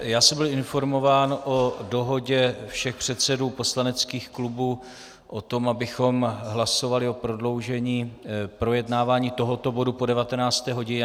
Byl jsem informován o dohodě všech předsedů poslaneckých klubů o tom, abychom hlasovali o prodloužení projednávání tohoto bodu po 19. hodině.